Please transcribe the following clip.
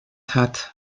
hat